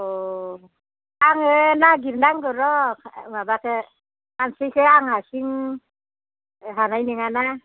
अह आङो नागिरनांगोन र' माबाखौ हारसिंखाय आं हारसिं हानाय नङाना